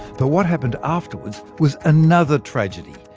but what happened afterwards was another tragedy.